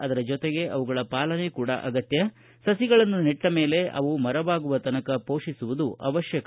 ಅದರ ಜೊತೆಗೆ ಅವುಗಳ ಪಾಲನೆ ಕೂಡಾ ಅಗತ್ಯ ಸಸಿಗಳನ್ನು ನೆಟ್ಟ ಮೇಲೆ ಅವು ಮರವಾಗುವ ತನಕ ಪೋಷಿಸುವುದು ಅವಶ್ಯಕ